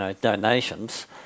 donations